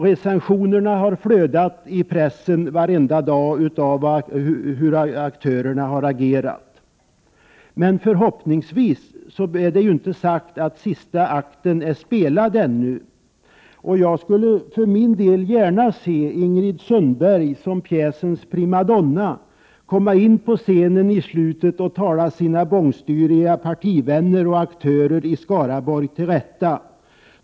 Recensionerna av hur aktörerna har agerat har flödat i pressen varenda dag. Förhoppningsvis är sista akten ännu inte spelad, och jag skulle för min del gärna se Ingrid Sundberg som pjäsens primadonna på slutet komma in på scenen och tala sina bångstyriga partivänner och aktörer i Skaraborg till rätta.